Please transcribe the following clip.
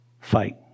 fight